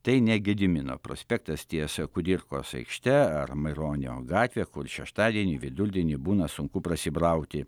tai ne gedimino prospektas ties kudirkos aikšte ar maironio gatvė kur šeštadienį vidurdienį būna sunku prasibrauti